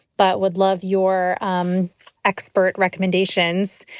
but would love your um expert recommendations.